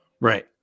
Right